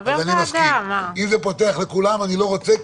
אבל אם זה פותח לכולם, אני לא רוצה.